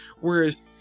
Whereas